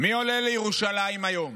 מי עולה לירושלים היום?